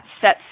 sets